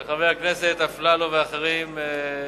של חבר הכנסת אפללו ואחרים.